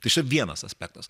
tai čia vienas aspektas